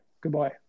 Goodbye